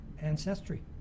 ancestry